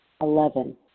Eleven